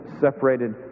separated